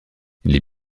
les